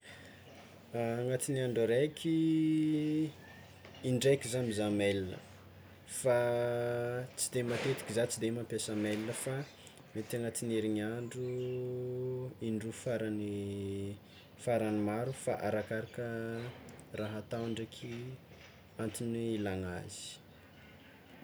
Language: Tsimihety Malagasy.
Agnatin'ny andro araiky, indraiky zah mizaha mail fa tsy de matetiky zah tsy de mampiasa mail fa mety agnatin'ny herigniandro indroa farany maro fa arakaraka raha atao ndraiky antony ilagna azy.